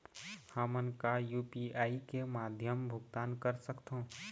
हमन का यू.पी.आई के माध्यम भुगतान कर सकथों?